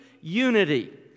unity